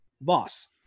Boss